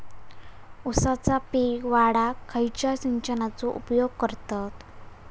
ऊसाचा पीक वाढाक खयच्या सिंचनाचो उपयोग करतत?